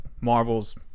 Marvel's